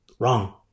Wrong